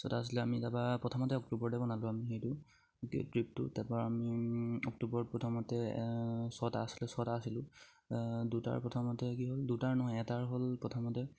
ছটা আছিলে আমি তাৰপা প্ৰথমতে অক্টোবৰতে বনালোঁ আমি সেইটো ট্ৰিপটো তাৰপা আমি অক্টোবৰ প্ৰথমতে ছটা আছিলে ছটা আছিলোঁ দুটাৰ প্ৰথমতে কি হ'ল দুটাৰ নহয় এটাৰ হ'ল প্ৰথমতে